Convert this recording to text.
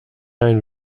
ein